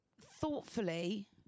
thoughtfully